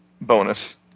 bonus